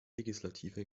legislative